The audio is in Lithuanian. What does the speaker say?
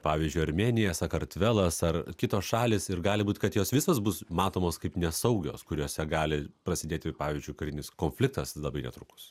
pavyzdžiui armėnija sakartvelas ar kitos šalys ir gali būt kad jos visos bus matomos kaip nesaugios kuriose gali prasidėti pavyzdžiui karinis konfliktas labai netrukus